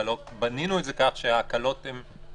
והלוא בנינו את זה כך שההקלות הן אפשריות,